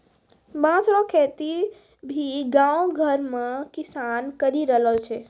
बाँस रो खेती भी गाँव घर मे किसान करि रहलो छै